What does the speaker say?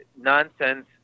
nonsense